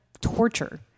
torture